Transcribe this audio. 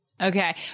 Okay